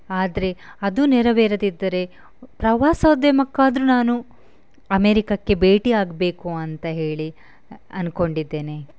ಆದರೆ ಅದೂ ನೆರವೇರದಿದ್ದರೆ ಪ್ರವಾಸೋದ್ಯಮಕ್ಕಾದರೂ ನಾನು ಅಮೇರಿಕಕ್ಕೆ ಭೇಟಿಯಾಗಬೇಕು ಅಂತ ಹೇಳಿ ಅಂದ್ಕೊಂಡಿದ್ದೇನೆ